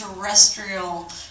terrestrial